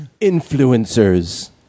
influencers